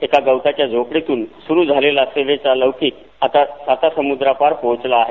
एक गवताची झोपडीतून सूरु झालेला सेवेचा लौकीक आता सातासमुद्रापार पोहचला आहे